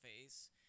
face